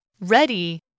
Ready